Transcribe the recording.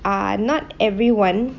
ah not everyone